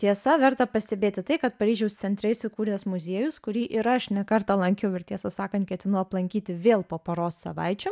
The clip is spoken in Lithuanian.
tiesa verta pastebėti tai kad paryžiaus centre įsikūręs muziejus kurį ir aš ne kartą lankiau ir tiesą sakant ketinu aplankyti vėl po poros savaičių